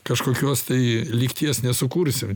kažkokios tai lygties nesukursim